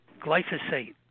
glyphosate